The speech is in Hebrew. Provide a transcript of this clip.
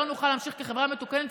לא נוכל להמשיך כחברה מתוקנת.